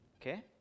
Okay